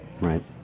Right